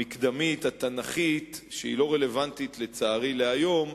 המקדמית-תנ"כית, שלצערי לא רלוונטית להיום,